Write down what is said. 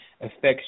affects